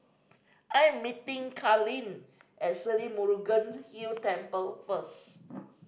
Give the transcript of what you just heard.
I am meeting Kalyn at Sri Murugan Hill Temple first